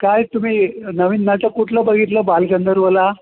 काय तुम्ही नवीन नाटक कुठलं बघितलं बालगंधर्वला